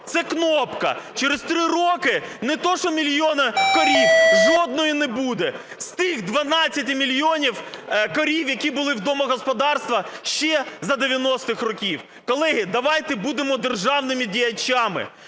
це кнопка. Через три роки не те, що мільйона корів, жодної не буде з тих 12 мільйонів корів, які були в домогосподарствах ще за 90-х років. Колеги, давайте будемо державними діячами,